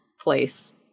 place